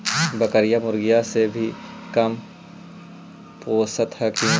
बकरीया, मुर्गीया के भी कमपोसत हखिन?